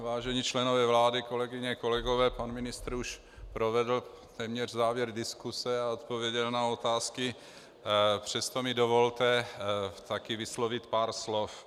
Vážení členové vlády, kolegyně, kolegové, pan ministr už provedl téměř závěr diskuse a odpověděl na otázky, přesto mi dovolte taky vyslovit pár slov.